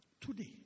Today